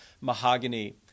mahogany